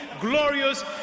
glorious